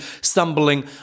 stumbling